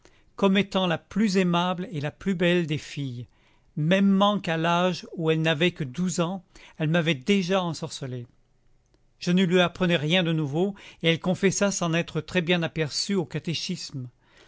comme étant la plus aimable et la plus belle des filles mêmement qu'à l'âge où elle n'avait que douze ans elle m'avait déjà ensorcelé je ne lui apprenais rien de nouveau et elle confessa s'en être très-bien aperçue au catéchisme